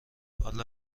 حالا